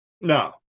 No